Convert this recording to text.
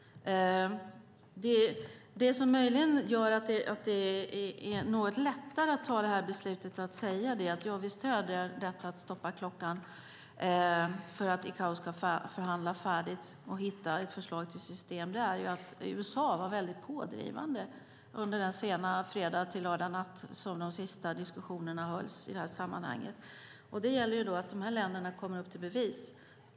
Det som möjligen gör att det är något lättare att ta beslutet att stödja detta att stoppa klockan för att ICAO ska förhandla färdigt och hitta ett förslag till system är att USA var väldigt pådrivande under den sena fredagsnatt då de sista diskussionerna hölls i detta sammanhang. Det gäller nu att dessa länder kommer upp till bevis.